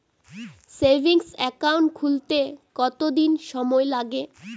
Savings account খুলতে কতদিন সময় লাগে?